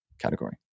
category